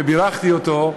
ובירכתי אותו,